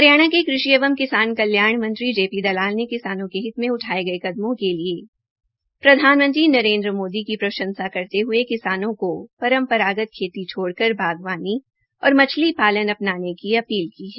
हरियाणा के कृषि एवं किसान कल्याण मंत्री जे पी दलाल ने किसानों के हित मे उठाये गये कदमों के लिए प्रधानमंत्री नरेन्द्र मोदी की प्रंशसा करते हये किसानों को परम्परागत खेती छोड़कर बागववानी फसलों और मछली पालन अपनाने की अपील की है